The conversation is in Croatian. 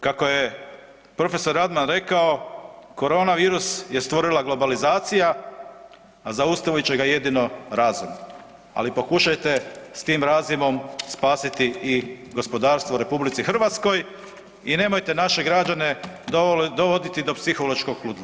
Kako je profesor Radman rekao, koronavirus je stvorila globalizacija, a zaustavit će ga jedino razum, ali pokušajte s tim razumom spasiti i gospodarstvo u RH i nemojte naše građane dovoditi do psihološkog ludila.